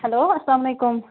hello اسلامُ علیکُم